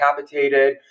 capitated